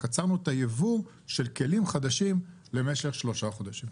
עצרנו את היבוא של כלים חדשים למשך שלושה חודשים.